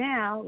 Now